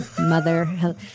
mother